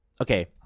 Okay